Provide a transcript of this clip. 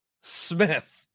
smith